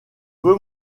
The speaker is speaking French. veut